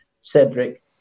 Cedric